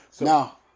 Now